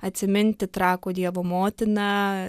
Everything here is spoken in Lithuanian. atsiminti trakų dievo motiną